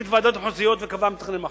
את הוועדות המחוזיות וקבע מתכנן מחוז.